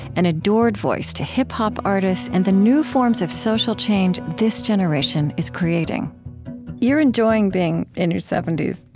an adored voice to hip-hop artists and the new forms of social change this generation is creating you're enjoying being in your seventy s,